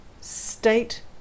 state